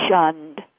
shunned